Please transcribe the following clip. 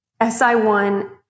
si1